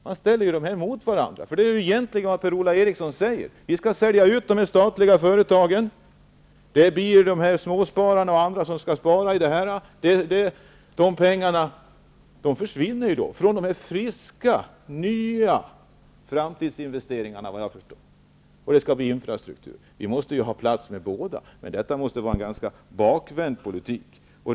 Dessa saker ställs emot varandra. Det Per-Ola Eriksson säger är att man skall sälja ut de statliga företagen, och då försvinner pengarna till de friska nya framtidsinvesteringarna i infrastruktur från småspararna och de andra som skall spara. Vi måste ha plats för båda dessa saker. Detta är en ganska bakvänd politik.